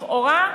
לכאורה,